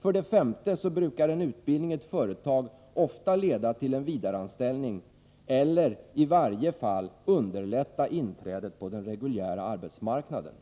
För det femte brukar en utbildning i ett företag ofta leda till en vidareanställning eller i varje fall underlätta inträdet på den reguljära arbetsmarknaden.